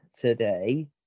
today